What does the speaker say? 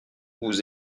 vous